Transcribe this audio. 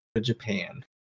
Japan